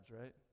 right